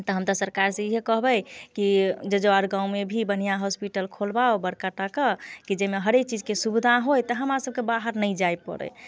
तऽ हम तऽ सरकार से इएह कहबै कि जजुआर गाँवमे भी बढ़िऑं हॉस्पिटल खोलबाओ बड़का टाके कि जाहिमे हरेक चीजके सुविधा होइ तऽ हमरा सभके बाहर नहि जाइ पड़ै